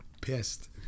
pissed